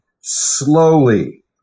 slowly